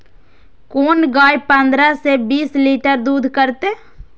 कोन गाय पंद्रह से बीस लीटर दूध करते?